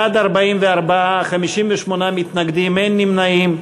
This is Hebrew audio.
בעד, 44, 58 מתנגדים, אין נמנעים.